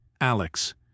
Alex